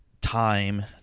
time